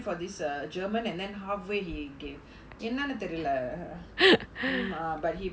for this err german and then halfway he gave up என்னனு தெரியல:ennanu theriyala but he